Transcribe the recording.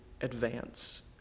advance